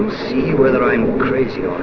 see whether i'm crazy or